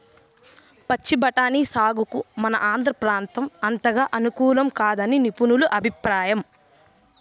పచ్చి బఠానీ సాగుకు మన ఆంధ్ర ప్రాంతం అంతగా అనుకూలం కాదని నిపుణుల అభిప్రాయం